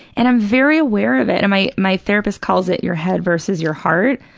and i'm very aware of it. and my my therapist calls it your head versus your heart,